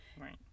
Right